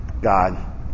God